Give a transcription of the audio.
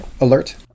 alert